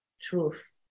truth